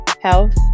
health